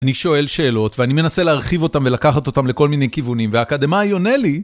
אני שואל שאלות ואני מנסה להרחיב אותם ולקחת אותם לכל מיני כיוונים והאקדמאי עונה לי